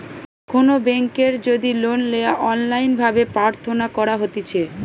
কোনো বেংকের যদি লোন লেওয়া অনলাইন ভাবে প্রার্থনা করা হতিছে